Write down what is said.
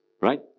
right